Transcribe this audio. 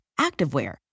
activewear